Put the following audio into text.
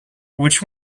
which